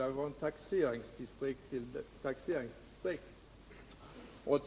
Den kan också skifta från taxeringsdistrikt till taxeringsdistrikt.